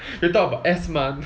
we talk about